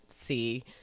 see